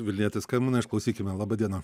vilnietis skambina išklausykime laba diena